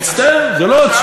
מצטער, זה לא, אוקיי.